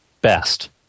best